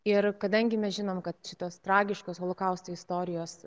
ir kadangi mes žinom kad šitos tragiškos holokausto istorijos